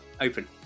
Open